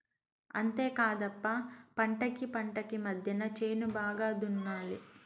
అంతేకాదప్ప పంటకీ పంటకీ మద్దెన చేను బాగా దున్నాలి